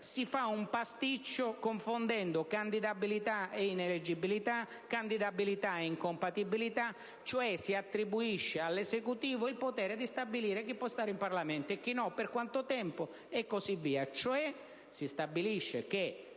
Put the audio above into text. si fa un pasticcio confondendo candidabilità e ineleggibilità, candidabilità e incompatibilità. In sostanza, si attribuisce all'Esecutivo il potere di stabilire chi può stare in Parlamento e chi no, per quanto tempo e così via.